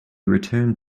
returned